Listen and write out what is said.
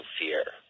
fear